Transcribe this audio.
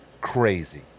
crazy